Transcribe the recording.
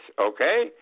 okay